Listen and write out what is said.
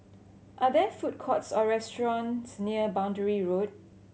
are there food courts or restaurants near Boundary Road